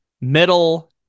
middle